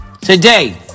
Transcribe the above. Today